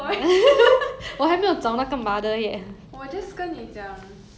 我是觉得 the ending is realistic lah I guess